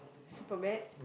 spur vet